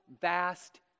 vast